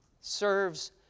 serves